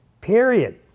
period